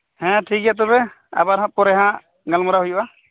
ᱦᱮᱸ ᱴᱷᱤᱠᱜᱮᱭᱟ ᱛᱚᱵᱮ ᱟᱵᱟᱨ ᱦᱟᱸᱜ ᱯᱚᱨᱮᱦᱟᱸᱜ ᱜᱟᱞᱢᱟᱨᱟᱣ ᱦᱩᱭᱩᱜ ᱟ